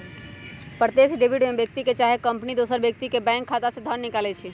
प्रत्यक्ष डेबिट में व्यक्ति चाहे कंपनी दोसर व्यक्ति के बैंक खता से धन निकालइ छै